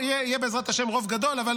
יהיה, בעזרת השם, רוב גדול, אבל